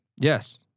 Yes